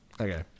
Okay